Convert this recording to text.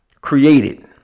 created